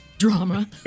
Drama